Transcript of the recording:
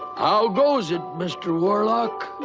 ah goes it, mr. warlock?